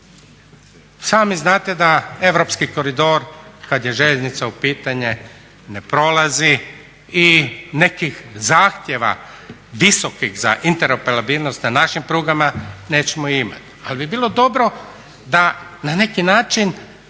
Sami znate da europski koridor kad je željeznica u pitanju ne prolazi i nekih zahtjeva visokih za interoperabilnost na našim prugama nećemo imati ali bi bilo dobro da na neki način